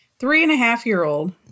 Three-and-a-half-year-old